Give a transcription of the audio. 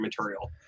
material